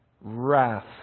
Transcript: wrath